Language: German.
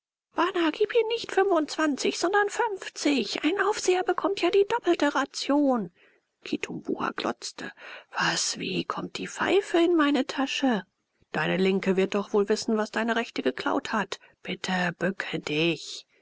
bana gib ihm nicht fünfundzwanzig sondern fünfzig ein aufseher bekommt ja die doppelte ration kitumbua glotzte was wie kommt die pfeife in meine tasche deine linke wird doch wissen was deine rechte geklaut hat bitte bücke dich